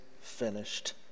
finished